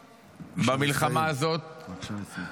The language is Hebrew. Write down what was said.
במלחמה הזאת -- בבקשה לסיים.